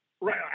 Right